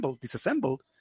disassembled